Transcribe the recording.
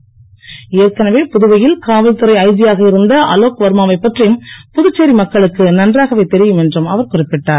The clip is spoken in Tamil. அலோக் வர்மா ஏற்கனவே புதுவையில் காவல்துறை ஐதி யாக இருந்த அலோக் வர்மா வைப் பற்றி புதுச்சேரி மக்களுக்கு நன்றாவே தெரியும் என்றும் அவர் குறிப்பிட்டார்